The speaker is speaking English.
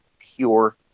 pure